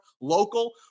local